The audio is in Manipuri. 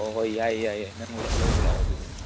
ꯍꯣꯏ ꯍꯣꯏ ꯌꯥꯏ ꯌꯥꯏ ꯅꯪ ꯂꯧꯕ ꯂꯥꯛꯑꯣ ꯑꯗꯨꯗꯤ